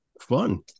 Fun